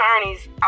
Attorney's